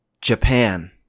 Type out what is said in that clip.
Japan